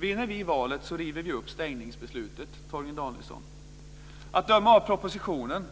Vinner vi valet så river vi upp stängningsbeslutet, Torgny Danielsson. Att döma av propositionen